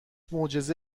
معجزه